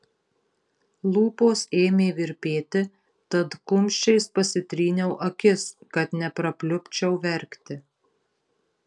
lūpos ėmė virpėti tad kumščiais pasitryniau akis kad neprapliupčiau verkti